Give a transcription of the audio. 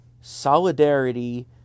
solidarity